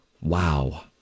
wow